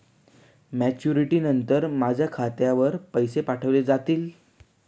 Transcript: Maturity नंतर माझ्या खात्यावर पैसे पाठविले जातील?